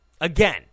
Again